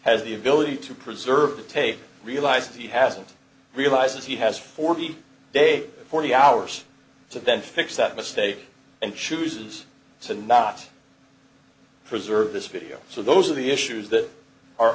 has the ability to preserve the tape realized he hasn't realized that he has forty day forty hours to then fix that mistake and chooses to not preserve this video so those are the issues that are